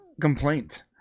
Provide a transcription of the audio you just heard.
complaint